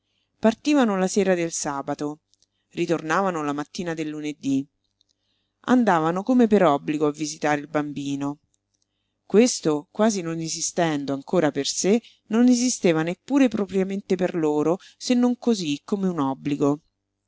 partivano la sera del sabato ritornavano la mattina del lunedí andavano come per obbligo a visitare il bambino questo quasi non esistendo ancora per sé non esisteva neppure propriamente per loro se non cosí come un obbligo